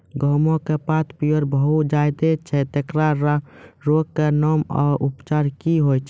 गेहूँमक पात पीअर भअ जायत छै, तेकरा रोगऽक नाम आ उपचार क्या है?